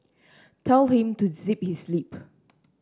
tell him to zip his lip